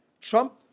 Trump